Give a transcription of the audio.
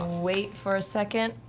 ah wait for a second,